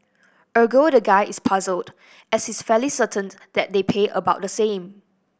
ergo the guy is puzzled as he's fairly certain that they pay about the same